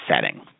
setting